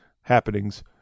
happenings